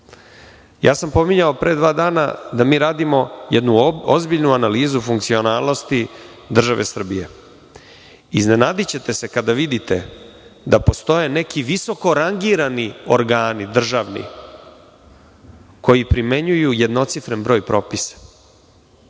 u delo. Pominjao sam pre dva dana da mi radimo jednu ozbiljnu analizu funkcionalnosti države Srbije. Iznenadićete se kada vidite da postoje neki visoko rangirani organi državni, koji primenjuju jednocifren broj propisa. Nekada